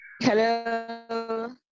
Hello